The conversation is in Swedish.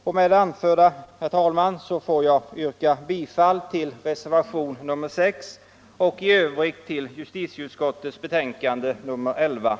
Med det anförda, herr talman, ber jag att få yrka bifall till reservationen 6 och i övrigt bifall till justitueutskottets hemställan i betänkandet nr 1.